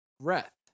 breath